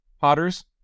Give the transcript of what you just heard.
Potters